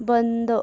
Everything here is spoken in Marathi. बंद